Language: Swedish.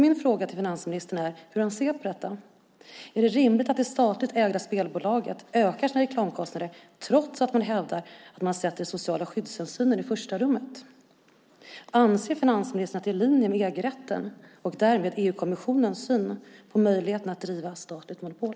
Min fråga till finansministern är hur han ser på detta. Är det rimligt att det statligt ägda spelbolaget ökar sina reklamkostnader trots att man hävdar att man sätter de sociala skyddshänsynen i första rummet? Anser finansministern att det är i linje med EG-rätten och därmed EU-kommissionens syn på möjligheten att driva statligt monopol?